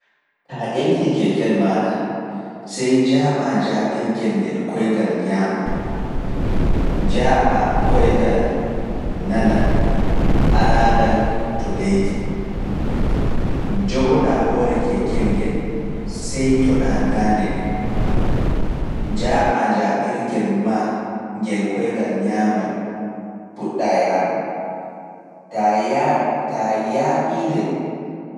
Taa ƴenti keekel maaɗa, sey njaaɓaa njaaɓirgel ngel koyngal ñaamal, njaaɓaa koyngal nanal alaangal to leydi njogoɗaa hoore keekel ngel, seytoɗaa daande nden, njaaɓaa njaaɓirgel maa ngel koyngal ñaamal, puɗɗaa yaadu, taa yaaɓi ngel.